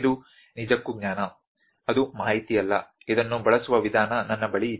ಇದು ನಿಜಕ್ಕೂ ಜ್ಞಾನ ಅದು ಮಾಹಿತಿಯಲ್ಲ ಇದನ್ನು ಬಳಸುವ ವಿಧಾನ ನನ್ನ ಬಳಿ ಇದೆ